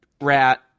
rat